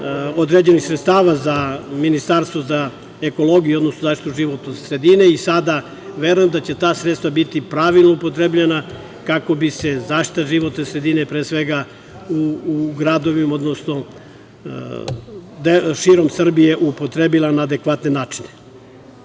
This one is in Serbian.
određenih sredstava za Ministarstvo za ekologiju, odnosno zaštitu životne sredine i sada verujem da će ta sredstva biti pravilno upotrebljena kako bi se zaštita životne sredine, pre svega u gradovima, odnosno širom Srbije upotrebila na adekvatne načine. Na